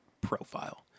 profile